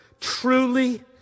truly